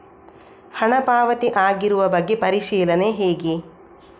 ಹಣ ಪಾವತಿ ಆಗಿರುವ ಬಗ್ಗೆ ಪರಿಶೀಲನೆ ಹೇಗೆ?